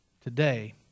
today